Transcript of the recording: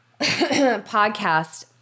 podcast